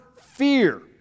fear